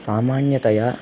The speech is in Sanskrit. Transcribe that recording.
सामान्यतया